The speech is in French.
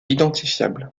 identifiable